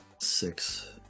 six